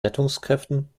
rettungskräften